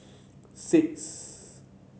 six